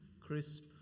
crisp